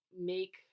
make